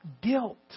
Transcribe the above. guilt